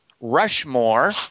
Rushmore